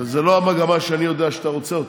וזו לא המגמה שאני יודע שאתה רוצה.